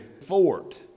fort